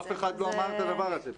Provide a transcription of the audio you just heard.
אף אחד לא אמר את הדבר הזה פה.